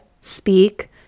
speak